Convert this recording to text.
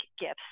gifts